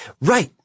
Right